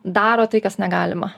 daro tai kas negalima